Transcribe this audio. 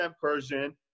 Persian